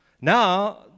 Now